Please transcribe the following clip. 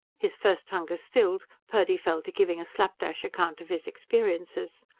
his first hunger stilled, purdy fell to giving a slapdash account of his experiences.